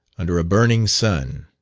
under a burning sun.